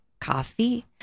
coffee